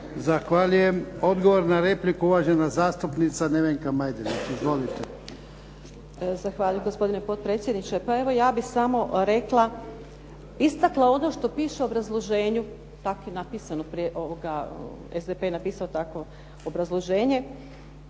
Zahvaljujem. Odgovor na repliku. Uvažena zastupnica Nevenka Majdenić. Izvolite. **Majdenić, Nevenka (HDZ)** Zahvaljujem, gospodine potpredsjedniče. Pa evo, ja bih samo rekla, istakla ono što piše u obrazloženju, tako je napisano, SDP je napisao tako obrazloženje